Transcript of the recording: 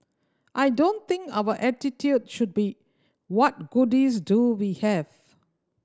I don't think our attitude should be what goodies do we have